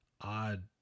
odd